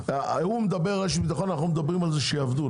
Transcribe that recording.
הוא מדבר על רשת ביטחון ואנו מדברים על זה שיעבדו.